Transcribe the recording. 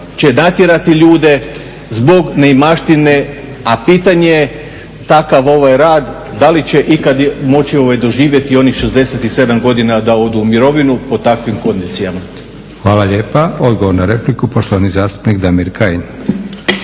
će natjerati ljude zbog neimaštine, a pitanje je takav rad da li će ikada moći doživjeti onih 67 godina da odu u mirovinu pod takvim kondicijama. **Leko, Josip (SDP)** Hvala lijepa. Odgovor na repliku poštovani zastupnik Damir Kajin.